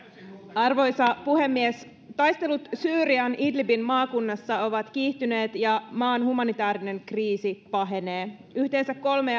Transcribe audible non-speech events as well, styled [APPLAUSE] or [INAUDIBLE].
arvoisa puhemies taistelut syyrian idlibin maakunnassa ovat kiihtyneet ja maan humanitaarinen kriisi pahenee yhteensä kolme [UNINTELLIGIBLE]